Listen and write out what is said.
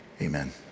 Amen